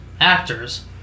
actors